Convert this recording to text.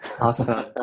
Awesome